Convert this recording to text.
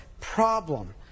problem